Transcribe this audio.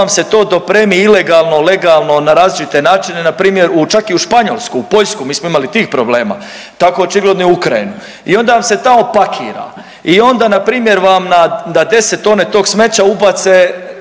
Onda vam se to dopremi ilegalno, legalno, na različite načine, npr. čak i u Španjolsku, Poljsku, mi smo imali tih problema. Tako očigledno i u Ukrajinu i onda vam se tamo pakira i onda npr. vam na 10 tona tog smeća ubace,